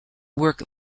work